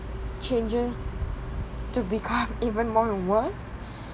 changes to become even more worse